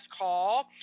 call